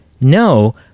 No